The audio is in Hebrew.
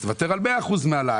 תוותר על 100% מהעלאה.